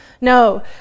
No